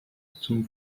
zum